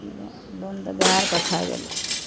loan तऽ बिहारके खै गेलै